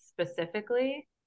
specifically